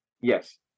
yes